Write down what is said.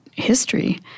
history